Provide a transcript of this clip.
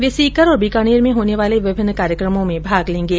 वे सीकर और बीकानेर में होने वाले विभिन्न कार्यक्रमो में भाग लेंगे